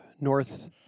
North